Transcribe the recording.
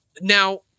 now